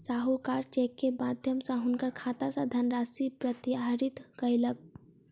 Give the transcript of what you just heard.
साहूकार चेक के माध्यम सॅ हुनकर खाता सॅ धनराशि प्रत्याहृत कयलक